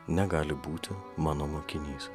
negali būti mano mokinys